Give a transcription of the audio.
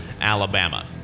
Alabama